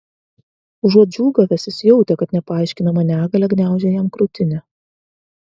užuot džiūgavęs jis jautė kad nepaaiškinama negalia gniaužia jam krūtinę